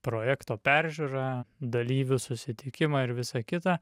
projekto peržiūrą dalyvių susitikimą ir visa kita